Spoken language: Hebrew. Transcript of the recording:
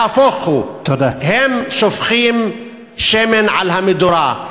נהפוך הוא, הם שופכים שמן על המדורה.